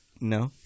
No